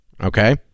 Okay